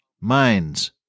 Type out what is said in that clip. minds